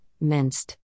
minced